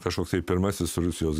kažkoks pirmasis rusijos